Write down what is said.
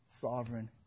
sovereign